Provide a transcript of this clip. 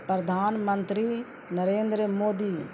پردھان منتری نریندر مودی